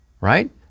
right